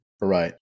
Right